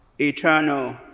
eternal